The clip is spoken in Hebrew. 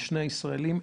בשני הישראלים,